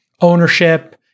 ownership